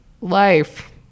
life